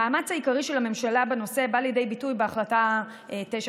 המאמץ העיקרי של הממשלה בנושא בא לידי ביטוי בהחלטה 922,